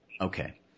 Okay